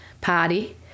party